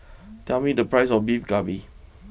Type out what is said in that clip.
tell me the price of Beef Galbi